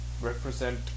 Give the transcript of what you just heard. represent